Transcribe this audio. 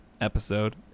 episode